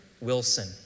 Wilson